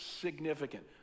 significant